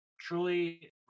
Truly